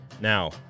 now